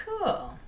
Cool